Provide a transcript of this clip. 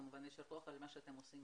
כמובן יישר כוח על מה שאתם עושים.